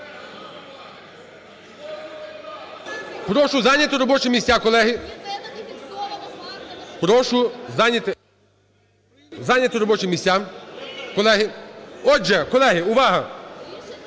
Прошу зайняти робочі місця, колеги. Прошу зайняти робочі місця, колеги. Отже, колеги, увага!